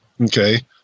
Okay